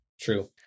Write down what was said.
True